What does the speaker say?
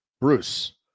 Bruce